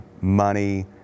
money